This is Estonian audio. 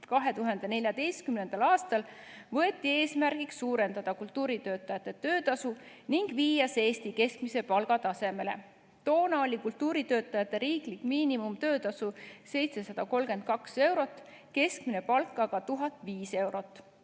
2014. aastal võeti eesmärgiks suurendada kultuuritöötajate töötasu ning viia see Eesti keskmise palga tasemele. Toona oli kultuuritöötajate riiklik miinimumtöötasu 732 eurot, keskmine palk 1005 eurot.